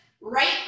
right